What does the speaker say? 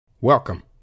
Welcome